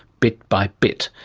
bit by bit.